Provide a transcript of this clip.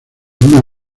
una